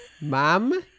mom